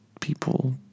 people